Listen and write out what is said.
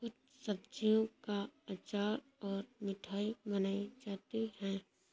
कुछ सब्जियों का अचार और मिठाई बनाई जाती है